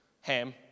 ham